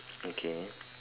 okay